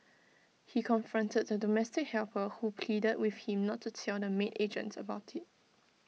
he confronted the domestic helper who pleaded with him not to tell the maid agent about IT